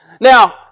Now